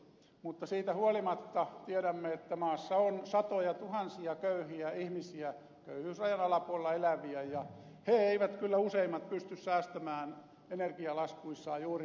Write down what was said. mutta siitä huolimatta tiedämme että maassa on satojatuhansia köyhiä ihmisiä köyhyysrajan alapuolella eläviä ja he eivät kyllä useimmat pysty säästämään energialaskuissaan juuri mitään